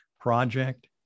project